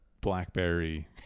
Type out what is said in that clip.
blackberry